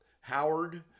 Howard